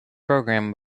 program